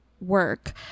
work